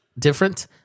Different